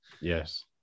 Yes